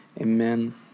Amen